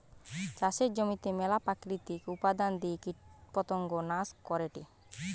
চাষের জমিতে মেলা প্রাকৃতিক উপাদন দিয়ে কীটপতঙ্গ নাশ করেটে